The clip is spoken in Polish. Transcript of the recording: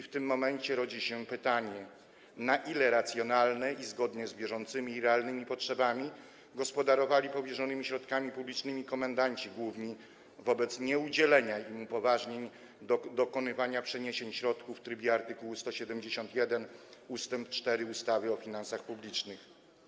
W tym momencie rodzi się pytanie, na ile racjonalnie i zgodnie z bieżącymi i realnymi potrzebami gospodarowali powierzonymi środkami publicznymi komendanci główni wobec nieudzielenia im upoważnień do dokonywania przeniesień środków w trybie art. 171 ust. 4 ustawy o finansach publicznych.